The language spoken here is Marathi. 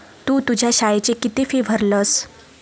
तु तुझ्या शाळेची किती फी भरलस?